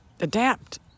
adapt